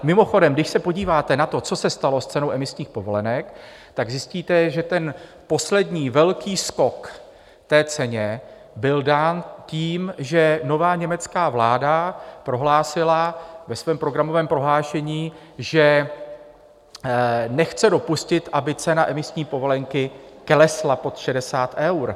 Mimochodem, když se podíváte na to, co se stalo s cenou emisních povolenek, zjistíte, že poslední velký skok v ceně byl dán tím, že nová německá vláda prohlásila ve svém programovém prohlášení, že nechce dopustit, aby cena emisní povolenky klesla pod 60 eur.